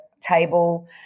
table